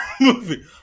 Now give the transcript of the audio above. movie